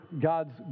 God's